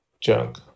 junk